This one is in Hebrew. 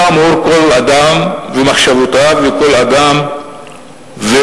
כאמור, כל אדם ומחשבותיו וכל אדם ומסקנותיו.